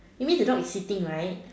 you means the dog is sitting right